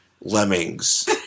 lemmings